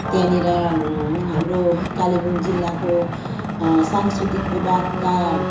त्यहाँनिर हाम्रो कालिम्पोङ जिल्लाको सांस्कृतिक विभागका